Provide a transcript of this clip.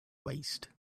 waste